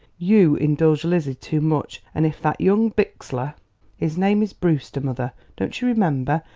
you indulge lizzie too much and if that young bixler his name is brewster, mother don't you remember?